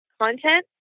content